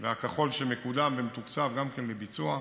הכחול, שמקודם ומתוקצב גם לביצוע,